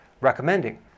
recommending